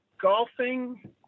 Golfing